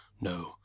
No